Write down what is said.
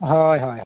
ᱦᱳᱭ ᱦᱳᱭ